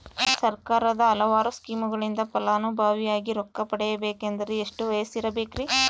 ಸರ್ಕಾರದ ಹಲವಾರು ಸ್ಕೇಮುಗಳಿಂದ ಫಲಾನುಭವಿಯಾಗಿ ರೊಕ್ಕ ಪಡಕೊಬೇಕಂದರೆ ಎಷ್ಟು ವಯಸ್ಸಿರಬೇಕ್ರಿ?